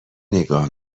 نگاه